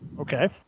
Okay